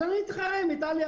אז אני אתחרה עם איטליה.